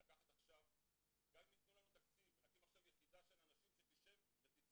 גם אם יתנו לנו תקציב ויתנו לנו יחידת אנשים שתשב ותצפה,